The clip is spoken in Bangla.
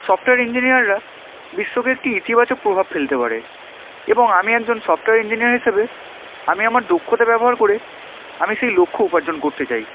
সফটওয়্যার ইঞ্জিনিয়াররা বিশ্বকে একটি ইতিবাচক প্রভাব ফেলতে পারে এবং আমি একজন সফটওয়্যার ইঞ্জিনিয়ার হিসেবে আমি আমার দক্ষতা ব্যবহার করে আমি সেই লক্ষ্য উপার্জন করতে চাই